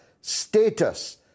status